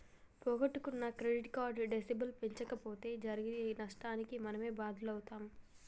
పోగొట్టుకున్న credit card disable చేయించకపోతే జరిగే నష్టానికి మనమే బాధ్యులమవుతం